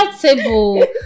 table